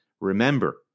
Remember